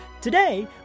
Today